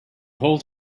hold